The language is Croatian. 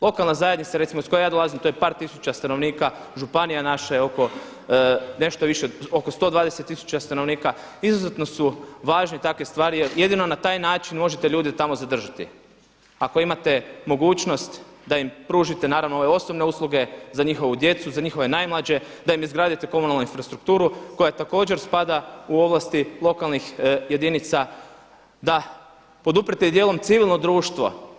Lokalna zajednica recimo iz koje ja dolazim to je par tisuća stanovnika, županije naše oko, nešto više oko 120 tisuća stanovnika, izuzetno su važne takve stvari jer jedino na taj način možete ljude tamo zadržati ako imate mogućnost da im pružite naravno ove osnovne usluge, za njihovu djecu, za njihove najmlađe, da im izgradite komunalnu infrastrukturu koja također spada u ovlasti lokalnih jedinica, da poduprite i dijelom civilno društvo.